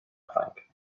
ffrainc